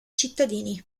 cittadini